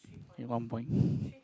add one point